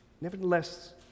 Nevertheless